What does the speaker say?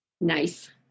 Nice